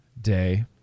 day